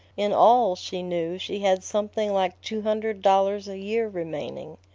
in all, she knew, she had something like two hundred dollars a year remaining.